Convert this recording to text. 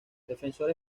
defensor